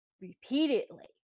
Repeatedly